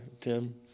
Tim